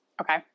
Okay